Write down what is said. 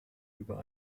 über